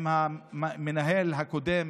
עם המנהל הקודם,